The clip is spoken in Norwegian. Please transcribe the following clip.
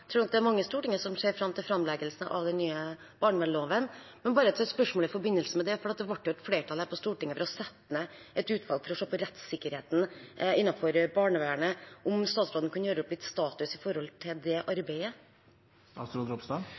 tror nok det er mange i Stortinget som ser fram til framleggelsen av den nye barnevernsloven. Jeg har et spørsmål i forbindelse med det, for det ble jo flertall her på Stortinget for å sette ned et utvalg for å se på rettssikkerheten innenfor barnevernet. Kan statsråden gjøre opp litt status for det arbeidet? Akkurat det er vi helt i sluttfasen med. Det